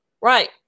right